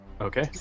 Okay